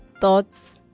thoughts